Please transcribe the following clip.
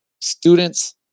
students